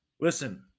listen